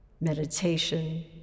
meditation